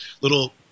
little